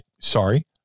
sorry